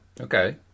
Okay